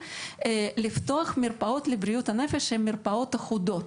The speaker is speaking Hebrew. לפתוח מרפאות לבריאות הנפש שהן מרפאות אחודות.